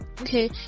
okay